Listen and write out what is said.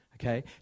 okay